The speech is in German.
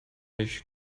ich